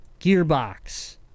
Gearbox